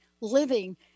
living